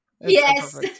yes